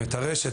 את הרשת,